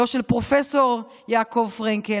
לא של פרופ' יעקב פרנקל,